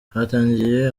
hatangiye